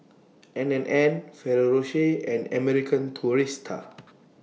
N and N Ferrero Rocher and American Tourister